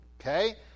Okay